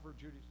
Judy